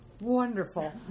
wonderful